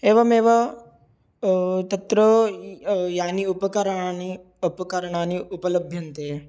एवमेव तत्र यानि उपकरणानि अपकरणानि उपलभ्यन्ते